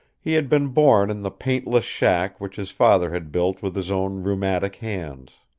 he had been born in the paintless shack which his father had built with his own rheumatic hands.